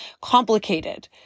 complicated